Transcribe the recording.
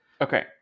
okay